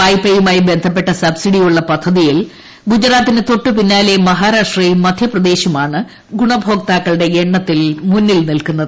വായ്പയുമായി ബന്ധപ്പെട്ട സബ്സിഡി ഉളള പദ്ധതിയിൽ ഗുജറാത്തിനു തൊട്ടു പിന്നാലെ മഹാരാഷ്ട്രയും മധ്യപ്രദേശുമാണ് ഗുണഭോക്താക്കളുടെ എണ്ണത്തിൽ മുന്നിൽ നില്ക്കുന്നത്